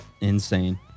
insane